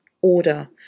order